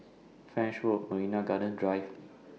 French Road Marina Gardens Drive